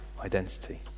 identity